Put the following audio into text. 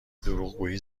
دروغگویی